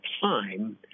time